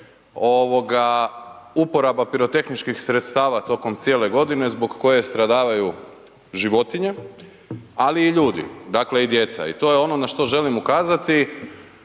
uporaba pirotehničkih sredstava tokom cijele godine zbog koje stradavaju životinje ali i ljudi, dakle i djeca. I to je ono na što želim ukazati